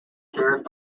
served